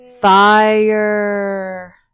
Fire